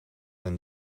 zijn